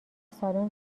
سالن